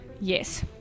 Yes